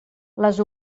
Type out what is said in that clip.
les